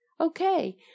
Okay